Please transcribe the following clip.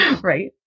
right